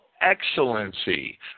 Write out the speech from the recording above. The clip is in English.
excellency